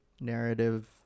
narrative